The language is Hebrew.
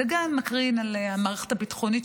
זה גם מקרין על המערכת הביטחונית,